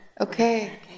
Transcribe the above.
Okay